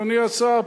אדוני השר.